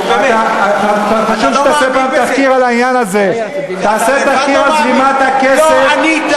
שהם מניעים את כל החבר'ה האלה,